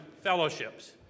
fellowships